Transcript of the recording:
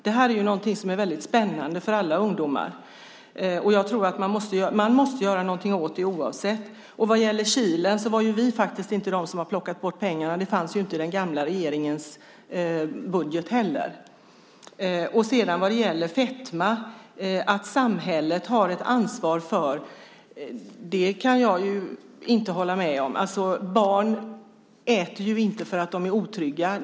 Det här är någonting som är spännande för alla ungdomar. Man måste göra någonting åt det oavsett orsaken. Vad gäller Kilen var det inte vi som plockade bort pengarna. Det fanns inga pengar i den gamla regeringens budget heller. Jag kan inte hålla med om att samhället har ett ansvar för fetma. Barn äter inte för att de är otrygga.